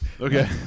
Okay